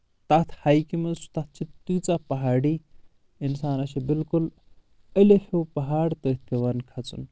تتھ ہایٚکہِ منٛز تتھ چھِ تیٖژاہ پہاڑی انسانس چھُ بالکُل الف ہیٚو پہاڑ تٔٹھۍ پٮ۪وان کھژُن